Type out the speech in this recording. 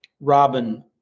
Robin